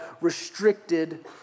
restricted